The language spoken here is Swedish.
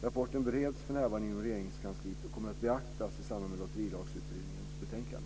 Rapporten bereds för närvarande inom Regeringskansliet och kommer att beaktas i samband med Lotterilagsutredningens betänkande.